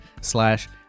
slash